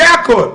זה הכול.